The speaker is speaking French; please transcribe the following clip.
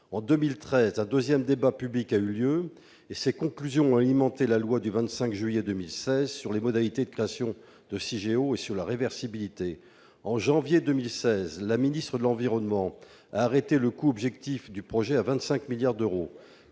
En 2013, un deuxième débat public a eu lieu. Ses conclusions ont alimenté les dispositions de la loi du 25 juillet 2016 relatives aux modalités de création de CIGEO et à la réversibilité. En janvier 2016, la ministre de l'environnement a arrêté le coût objectif du projet à 25 milliards d'euros.